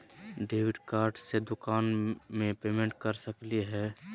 Debit card से दुकान में पेमेंट कर सकली हई?